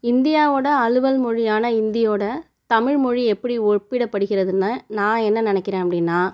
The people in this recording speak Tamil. இந்தியாவோட அலுவல் மொழியான இந்தியோட தமிழ் மொழி எப்படி ஒப்பிடப்படுகிறதுன்னு நான் என்ன நினைக்கிறேன் அப்படினா